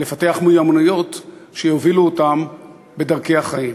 לפתח מיומנויות שיובילו אותם בדרכי החיים.